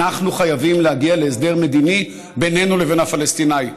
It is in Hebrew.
אנחנו חייבים להגיע להסדר מדיני ביננו לבין הפלסטינים.